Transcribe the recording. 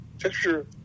Picture